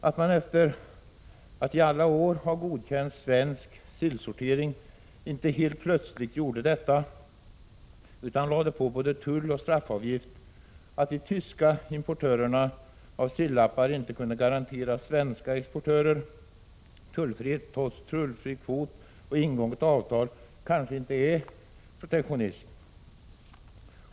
Att man efter att i alla år ha godkänt svensk sillsortering helt plötsligt inte gjorde så, utan lade på både tulloch straffavgift och att de tyska importörerna av sillappar inte kunde garantera svenska exportörer tullfrihet trots tullfri kvot och ingånget avtal är kanske inte protektionism.